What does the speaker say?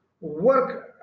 work